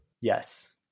Yes